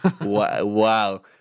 Wow